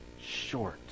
short